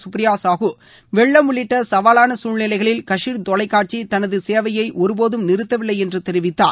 சுப்ரீயா சாஹூ வெள்ளம் உள்ளிட்ட சவாலான சூழ்நிலைகளில் கஷீர் தொலைக்காட்சி தனது சேவையை ஒருபோதும் நிறுத்தவில்லை என்று தெரிவித்தார்